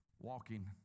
walking